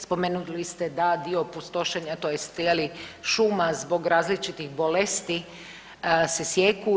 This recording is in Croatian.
Spomenuli ste da dio pustošenja, tj. je li šuma zbog različitih bolesti se sijeku.